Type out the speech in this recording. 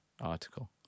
article